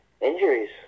injuries